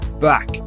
back